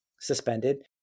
suspended